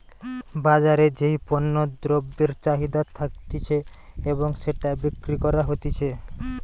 বাজারে যেই পণ্য দ্রব্যের চাহিদা থাকতিছে এবং সেটা বিক্রি করা হতিছে